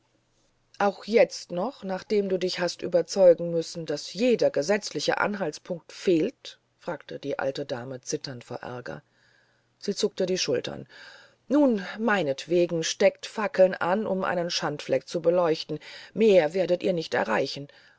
auch jetzt noch nachdem du dich hast überzeugen müssen daß jeder gesetzliche anhaltspunkt fehlt fragte die alte dame zitternd vor aerger sie zuckte die schultern nun meinetwegen steckt fackeln an um einen schandfleck zu beleuchten mehr werdet ihr nicht erreichen